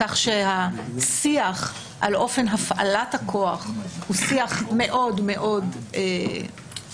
כך שהשיח על אופן הפעלת הכוח הוא שיח מאוד מאוד מקצועי.